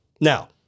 Now